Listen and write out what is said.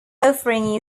offering